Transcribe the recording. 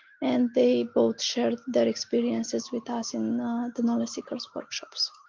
and they both shared their experiences with us in the knowledge seekers workshops.